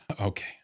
okay